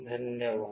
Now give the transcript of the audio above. धन्यवाद